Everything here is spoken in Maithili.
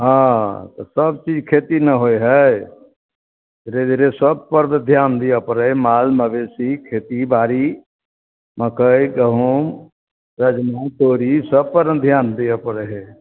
हँ तऽ सब चीज खेती न होइ हय धीरे धीरे सब पर ध्यान देबऽ पड़ै हय माल मवेशी खेती बाड़ी मक्कइ गहूॅंम रजमा तोरी सब पर ने ध्यान दियऽ पड़ै हय